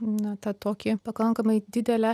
na tą tokį pakankamai didelę